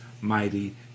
mighty